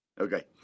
Okay